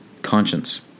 conscience